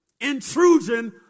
intrusion